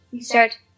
start